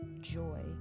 joy